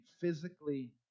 physically